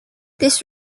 this